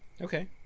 Okay